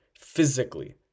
physically